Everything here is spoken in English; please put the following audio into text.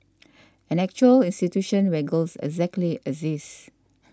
an actual institution where girls actually exist